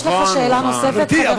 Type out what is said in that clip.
יש לך שאלה נוספת, חבר הכנסת אבו עראר?